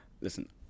Listen